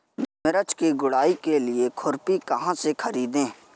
मिर्च की गुड़ाई के लिए खुरपी कहाँ से ख़रीदे?